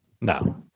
No